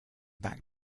back